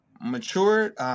matured